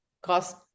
cost